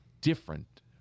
different